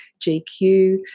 GQ